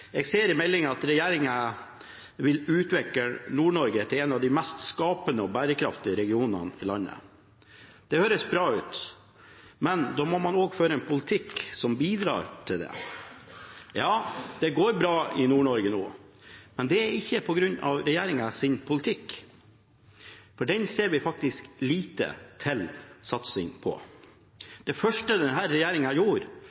Jeg ser av meldingen at regjeringen vil utvikle Nord-Norge til en av de mest skapende og bærekraftige regionene i landet. Det høres bra ut, men da må man også føre en politikk som bidrar til det. Ja, det går bra i Nord-Norge nå, men det er ikke på grunn av regjeringens politikk, for der ser vi faktisk lite til satsing. Det første denne regjeringen gjorde,